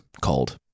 called